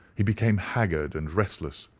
he became haggard and restless,